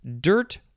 dirt